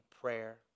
prayer